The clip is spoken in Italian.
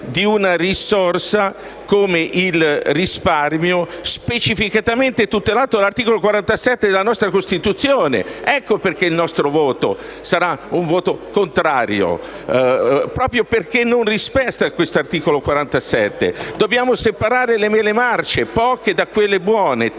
di una risorsa come il risparmio, specificatamente tutelato dall'articolo 47 della nostra Costituzione. Ecco perché il nostro voto sarà contrario, proprio perché il testo non rispetta quest'articolo 47. Dobbiamo separare le mele marce (poche) da quelle buone (tante)